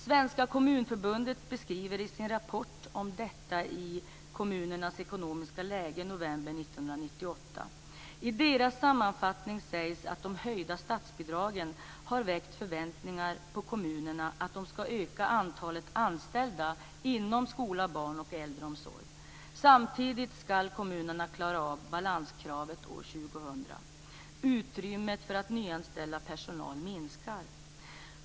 Svenska Kommunförbundet beskriver detta i sin rapport Kommunernas ekonomiska läge november 1998. I deras sammanfattning sägs att de höjda statsbidragen har väckt förväntningar på kommunerna att de skall öka antalet anställda inom skola, barn och äldreomsorg. Samtidigt skall kommunerna klara av balanskravet år 2000. Utrymmet för nyanställa personal minskar.